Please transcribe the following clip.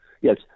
Yes